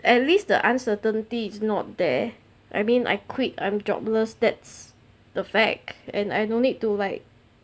at least the uncertainty it's not there I mean I quit I'm jobless that's the fact and I no need to like